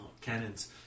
cannons